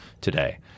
today